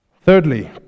thirdly